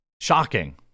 shocking